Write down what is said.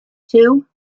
two